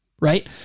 right